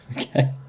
Okay